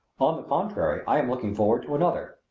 on the contrary i am looking forward to another.